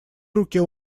руке